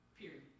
Period